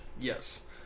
Yes